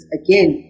again